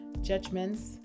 judgments